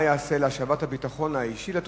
2. מה ייעשה להשבת הביטחון האישי לתושבים?